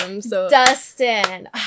Dustin